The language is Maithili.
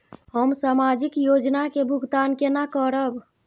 हम सामाजिक योजना के भुगतान केना करब?